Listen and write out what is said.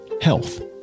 health